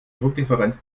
druckdifferenz